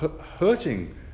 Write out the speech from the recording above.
hurting